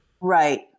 right